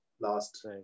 last